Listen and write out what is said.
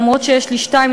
למרות שיש לי שתיים,